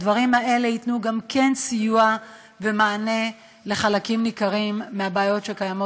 גם הדברים האלה ייתנו סיוע ומענה על חלק ניכר מהבעיות שקיימות,